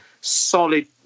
solid